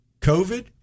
COVID